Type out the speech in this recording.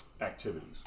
activities